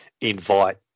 invite